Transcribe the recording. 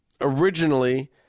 originally